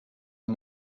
von